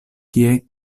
kie